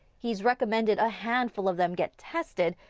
he's recommended a handful of them get tested,